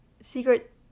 secret